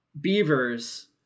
Beavers